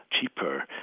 cheaper